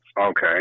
Okay